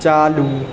चालू